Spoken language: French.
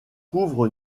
couvre